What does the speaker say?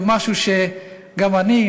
זה משהו שגם אני,